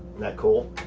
that cool?